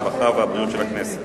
הרווחה והבריאות של הכנסת.